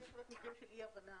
זה יכול להיות מקרים של אי הבנה.